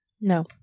No